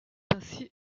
ainsi